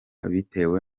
bitewe